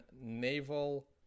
Naval